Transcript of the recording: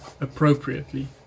appropriately